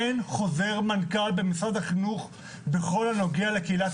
אין חוזר מנכ"ל במשרד החינוך בכל הנוגע לקהילת